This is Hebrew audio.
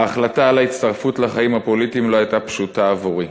ההחלטה על ההצטרפות לחיים הפוליטיים לא הייתה פשוטה עבורי.